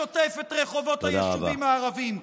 דם שוטף את רחובות היישובים הערביים?